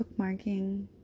bookmarking